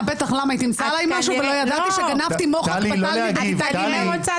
טלי, לא להגיב.